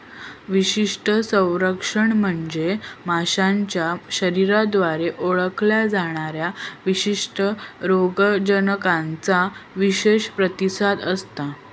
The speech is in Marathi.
विशिष्ट संरक्षण म्हणजे माशाच्या शरीराद्वारे ओळखल्या जाणाऱ्या विशिष्ट रोगजनकांका विशेष प्रतिसाद असता